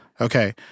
Okay